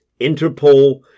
Interpol